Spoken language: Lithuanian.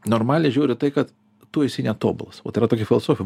normaliai žiūri į tai kad tu esi netobulas vat yra tokia filosofija